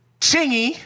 Chingy